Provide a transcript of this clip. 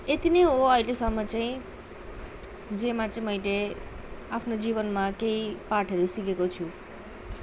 यति नै हो अहिलेसम्म चाहिँ जेमा चाहिँ मैले आफ्नो जीवनमा केही पाठहरू सिकेको छु